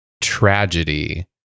tragedy